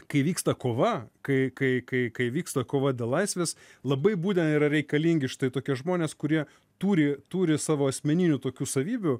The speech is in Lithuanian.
kai vyksta kova kai kai kai vyksta kova dėl laisvės labai būtent yra reikalingi štai tokie žmonės kurie turi turi savo asmeninių tokių savybių